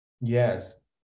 Yes